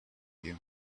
you